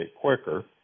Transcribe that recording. quicker